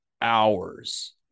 hours